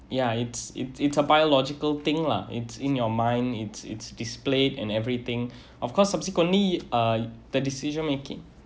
yeah it's it's it's a biological thing lah it's in your mind it's it's displayed and everything of course subsequently uh the decision making